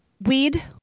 Weed